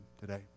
today